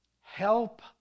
help